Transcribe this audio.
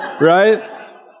right